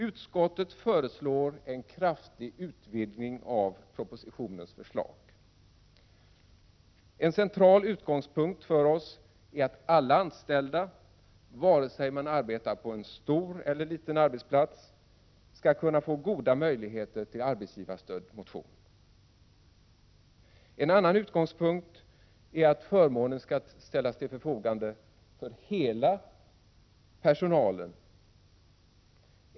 Utskottet föreslår en kraftig utvidgning av propositionens förslag. En central utgångspunkt för oss är att alla anställda vare sig man arbetar på en stor eller liten arbetsplats skall kunna få goda möjligheter till arbetsgivarstödd motion. En annan utgångspunkt är att förmånen skall ställas till förfogande för hela personalen.